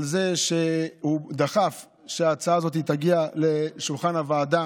על זה שהוא דחף שההצעה הזאת תגיע לשולחן הוועדה